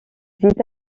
états